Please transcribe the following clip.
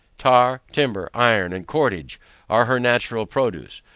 tar, timber, iron, and cordage are her natural produce.